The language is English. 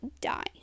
die